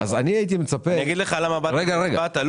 הייתי מצפה --- אגיד לך למה באת והצבעת.